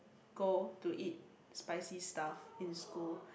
go to eat spicy stuff in school